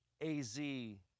A-Z